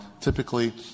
typically